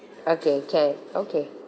okay can okay